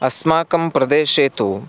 अस्माकं प्रदेशे तु